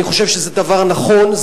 אני חושב שזה דבר נכון,